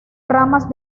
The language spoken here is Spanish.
ramas